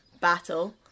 battle